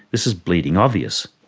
this is bleeding obvious.